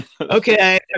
okay